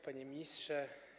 Panie Ministrze!